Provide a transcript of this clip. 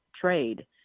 trade